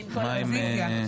רוויזיה.